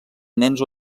nens